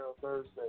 Thursday